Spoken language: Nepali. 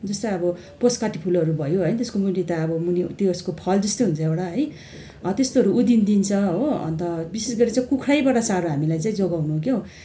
जस्तै अब पोस्ट कार्टिफुलहरू भयो होइन त्यसको मुनि त अब मुनि त्यसको फल जस्तै हुन्छ एउटा है त्यस्तोहरू उधिन्छ हो अन्त विशेष गरी चाहिँ कुखुराबाट साह्रो हामीलाई चाहिँ जोगाउनु के हो